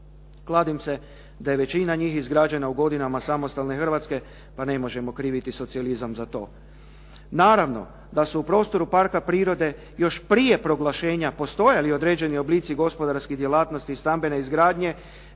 Kladim se da je većina njih izgrađena u godinama samostalne Hrvatske pa ne možemo kriviti socijalizam za to. Naravno da se u prostoru parka prirode još prije proglašenja postojali određeni oblici gospodarskih djelatnosti i stambene izgradnje.